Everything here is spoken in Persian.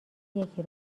یکی